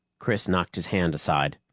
chris knocked his hand aside.